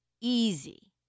easy